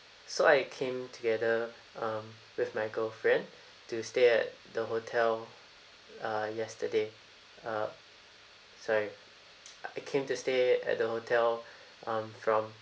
so I came together um with my girlfriend to stay at the hotel uh yesterday uh sorry I came to stay at the hotel um from